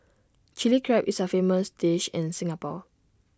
Chilli Crab is A famous dish in Singapore